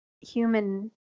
human